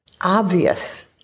obvious